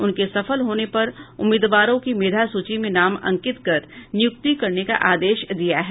उनके सफल होने पर उम्मीदवारों की मेधा सूची में नाम अंकित कर नियुक्ति करने का आदेश दिया है